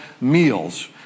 meals